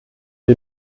die